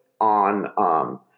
on